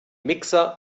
mixer